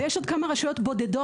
ויש עוד כמה רשויות בודדות,